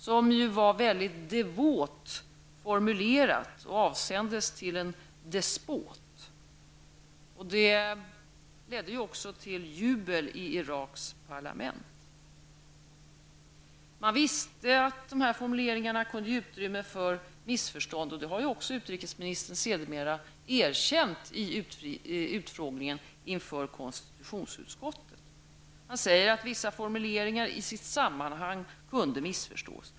Brevet var väldigt devot formulerat och avsänt till en despot. Det ledde också till jubel i Iraks parlament. Man visste att formuleringarna kunde ge utrymme för missförstånd. Utrikesministern har också sedermera i utfrågningen i konstitutionsutskottet erkänt detta. Han säger att vissa formuleringar i sitt sammanhang kunde missförstås.